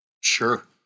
sure